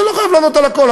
לא חייב לענות על הכול.